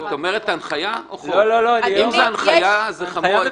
זה הנחיה או חוק?